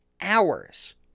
hours